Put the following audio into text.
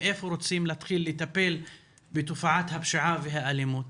איפה אנחנו רוצים לטפל בתופעת הפשיעה והאלימות.